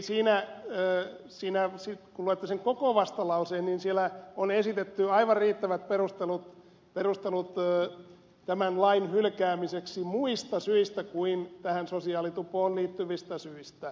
kun luette sen koko vastalauseen niin siellä on esitetty aivan riittävät perustelut tämän lain hylkäämiseksi muista syistä kuin tähän sosiaalitupoon liittyvistä syistä